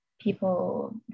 people